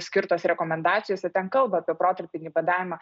skirtos rekomendacijose ten kalba apie protarpinį badavimą